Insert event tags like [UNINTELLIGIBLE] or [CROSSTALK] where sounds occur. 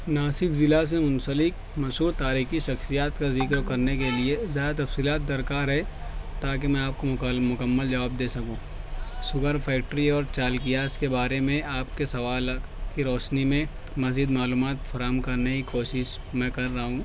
ناسک ضلع سے منسلک مشہور تاریخی شخصیات کا ذکر کرنے کے لیے زیادہ تفصیلات درکار ہے تاکہ میں آپ کو مکالم مکمل جواب دے سکوں شوگر فیکٹری اور چالکیاز کے بارے میں آپ کے سوال [UNINTELLIGIBLE] کی روشنی میں مزید معلومات فراہم کرنے کی کوشش میں کر رہا ہوں